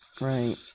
Right